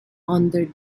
under